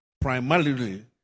Primarily